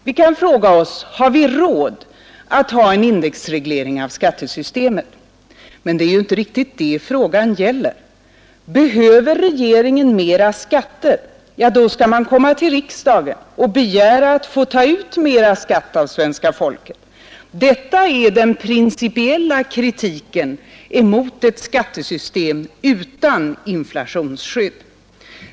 Vi kan fråga oss: Har vi ”råd” att ha en indexreglering av skattesystemet? Men det är ju inte riktigt det frågan gäller. Behöver regeringen mera skatter — ja, då skall man komma till riksdagen och begära att få ta ut mera skatt av svenska folket. Detta är den principiella kritiken mot ett skattesystem utan inflationsskydd.